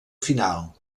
final